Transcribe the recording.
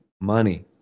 money